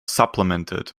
supplemented